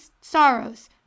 sorrows